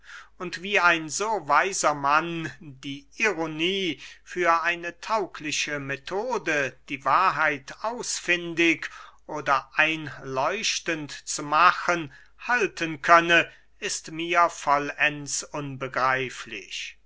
und wie ein so weiser mann die ironie für eine taugliche methode die wahrheit ausfündig oder einleuchtend zu machen halten könne ist mir vollends unbegreiflich